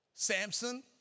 Samson